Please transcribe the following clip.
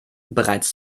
bereits